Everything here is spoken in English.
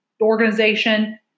organization